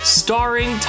starring